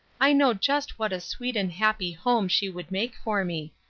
i know just what a sweet and happy home she would make for me.